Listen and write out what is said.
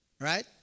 right